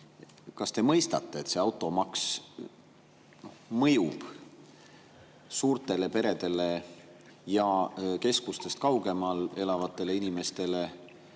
kas te mõistate, et see automaks mõjub suurtele peredele ja keskustest kaugemal elavatele inimestele